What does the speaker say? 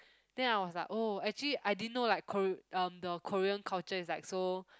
then I was like oh actually I didn't know like Kor~ uh the Korean culture is like so